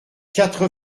quatre